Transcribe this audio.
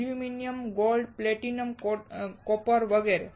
aluminium gold platinum copper વગેરે